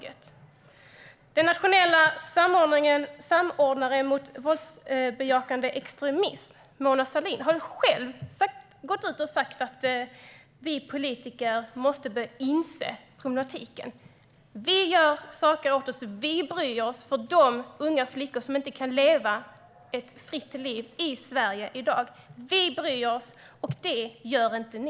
Den nationella samordnaren mot våldsbejakande extremism Mona Sahlin har själv sagt att vi politiker måste inse problemen. Vi sverigedemokrater bryr oss om de unga flickor som inte kan leva ett fritt liv i Sverige i dag. Vi bryr oss, och det gör inte ni.